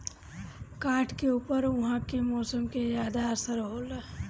काठ के ऊपर उहाँ के मौसम के ज्यादा असर होला